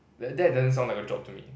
like that doesn't sound like a job to me